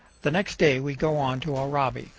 the next day we go on to oraibi,